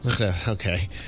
Okay